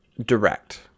direct